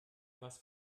was